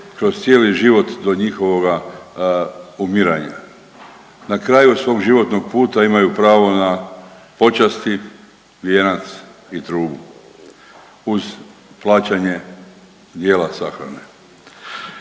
kroz cijeli život do njihovoga umiranja. Na kraju svog životnog puta imaju pravo na počasti, vijenac i trubu uz plaćanje dijela sahrane.